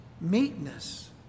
meekness